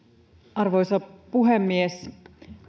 arvoisa puhemies